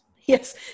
Yes